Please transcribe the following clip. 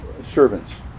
servants